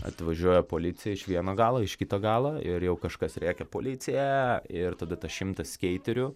atvažiuoja policija iš vieno galo į kitą galą ir jau kažkas rėkia policija ir tada tas šimtas skeiterių